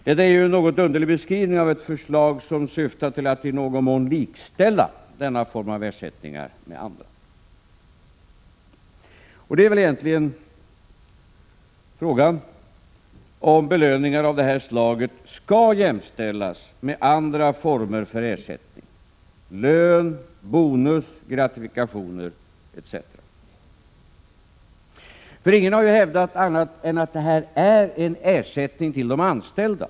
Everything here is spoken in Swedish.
Det är ju en något underlig beskrivning av ett förslag som syftar till att i någon mån likställa denna form av ersättning med andra. Frågan är väl egentligen om belöningar av det här slaget skall jämställas med andra former för ersättning — lön, bonus, gratifikationer etc. Ingen har ju hävdat annat än att detta är en ersättning till de anställda.